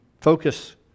Focus